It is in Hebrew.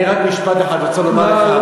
אני רק משפט אחד רוצה לומר לך.